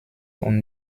und